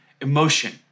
emotion